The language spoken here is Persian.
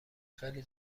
خیلی